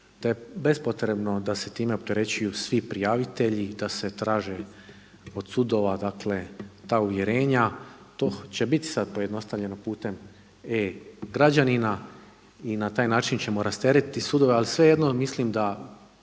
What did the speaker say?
da je bespotrebno da se time opterećuju svi prijavitelji, da se traži od sudova, dakle ta uvjerenja to će bit sad pojednostavljeno putem e-građanina i na taj način ćemo rasteretiti sudove. Ali svejedno mislim da